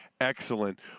excellent